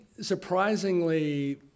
surprisingly